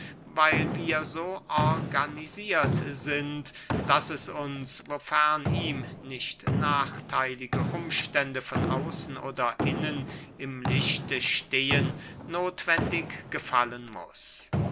weil wir so organisiert sind daß es uns wofern ihm nicht nachtheilige umstände von außen oder innen im lichte stehen nothwendig gefallen muß